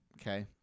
Okay